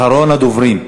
אחרון הדוברים.